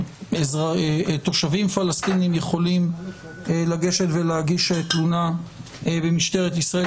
תושבים פלסטיניים יכולים לגשת ולהגיש תלונה במשטרת ישראל,